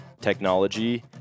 technology